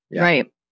Right